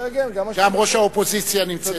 גם ראש האופוזיציה נמצאת פה.